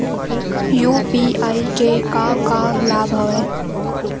UPI के का का लाभ हवय?